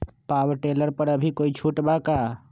Power tiller पर अभी कोई छुट बा का?